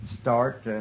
start